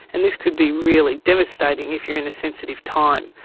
and this could be really devastating if you are in a sensitive time.